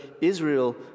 Israel